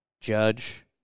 Judge